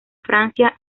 francia